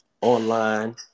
online